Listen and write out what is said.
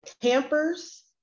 campers